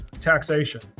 taxation